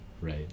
right